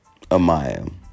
Amaya